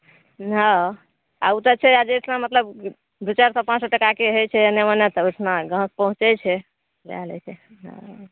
हँ आ ओ तऽ छै आ जे ठमाँ मतलब दू चारि सए पाँच सए टकाके होइ छै एने ओने तऽ ओहिठुना गाँहक पहुँचै छै वएह लै छै हँ